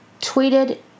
tweeted